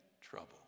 trouble